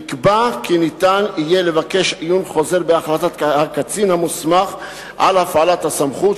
נקבע כי ניתן יהיה לבקש עיון חוזר בהחלטת הקצין המוסמך על הפעלת הסמכות,